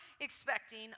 expecting